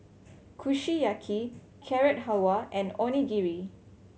Kushiyaki Carrot Halwa and Onigiri